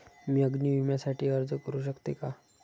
मी अग्नी विम्यासाठी अर्ज करू शकते का?